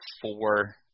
four